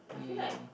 mm